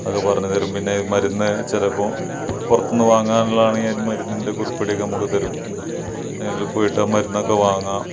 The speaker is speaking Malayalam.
അത് പറഞ്ഞുതരും പിന്നെ മരുന്ന് ചിലപ്പോൾ പുറത്തുനിന്ന് വാങ്ങാനുള്ളതാണെങ്കിൽ മരുന്നിൻ്റെ കുറിപ്പടിയൊക്കെ നമുക്ക് തരും കുറിപ്പിലിട്ട മരുന്നൊക്കെ വാങ്ങാം